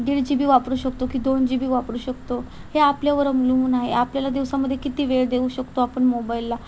दीड G B वापरू शकतो की दोन जी बी वापरू शकतो हे आपल्यावर आहे आपल्याला दिवसामध्ये किती वेळ देऊ शकतो आपण मोबाईलला